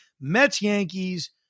Mets-Yankees